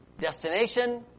Destination